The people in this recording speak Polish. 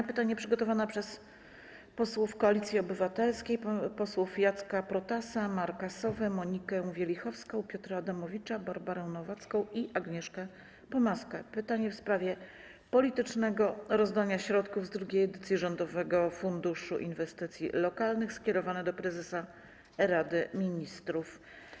Jest to pytanie przygotowane przez posłów Koalicji Obywatelskiej Jacka Protasa, Marka Sowę, Monikę Wielichowską, Piotra Adamowicza, Barbarę Nowacką i Agnieszkę Pomaską w sprawie politycznego rozdania środków z II edycji Rządowego Funduszu Inwestycji Lokalnych, skierowane do prezesa Rady Ministrów.